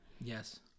Yes